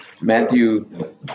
Matthew